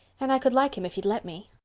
and i could like him if he'd let me.